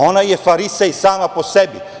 Ona je farisej sama po sebi.